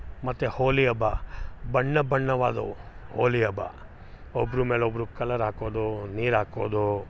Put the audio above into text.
ಮತ್ತು ಹೋಲಿ ಹಬ್ಬ ಬಣ್ಣ ಬಣ್ಣವಾದವು ಹೋಲಿ ಹಬ್ಬ ಒಬ್ರ ಮೇಲೆ ಒಬ್ಬರು ಕಲರ್ ಹಾಕೋದು ನೀರು ಹಾಕೋದು